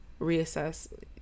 reassess